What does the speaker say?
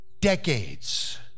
decades